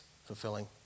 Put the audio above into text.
fulfilling